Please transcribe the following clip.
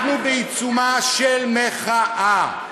אנחנו בעיצומה של מחאה.